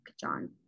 John